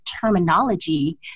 terminology